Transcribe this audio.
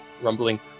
Rumbling